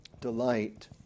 delight